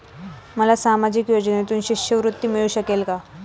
मला सामाजिक योजनेतून शिष्यवृत्ती मिळू शकेल का?